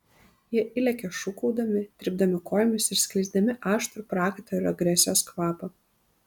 jie įlekia šūkaudami trypdami kojomis ir skleisdami aštrų prakaito ir agresijos kvapą